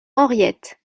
henriette